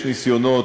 ויש ניסיונות,